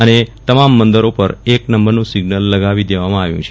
અને તમામ બંદરો પર એક નંબરનું સિગ્નલ લગાવી દેવામાં આવ્યું છે